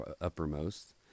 uppermost